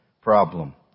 problem